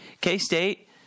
k-state